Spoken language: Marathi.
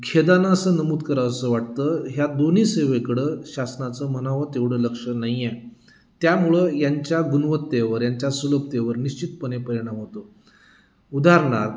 खेदानं असं नमूद करावंसं वाटतं ह्या दोन्ही सेवेकडं शासनाचं म्हणावं तेवढं लक्ष नाही आहे त्यामुळं यांच्या गुणवत्तेवर यांच्या सुलभतेवर निश्चितपणे परिणाम होतो उदाहरणार्थ